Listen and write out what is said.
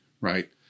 right